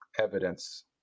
evidence